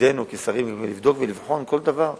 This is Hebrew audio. תפקידנו כשרים לבדוק ולבחון כל דבר